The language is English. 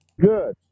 Good